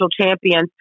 Champions